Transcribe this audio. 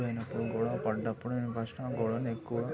ఎదురైనప్పుడు గొడవ పడ్డప్పుడు నేను ఫస్ట్ ఆ గొడవను ఎక్కువగా